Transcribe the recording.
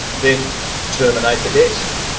then terminate the desk.